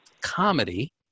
comedy